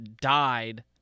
died